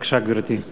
בבקשה, גברתי.